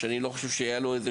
שאני לא חושב שהיה לו איזה